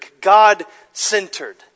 God-centered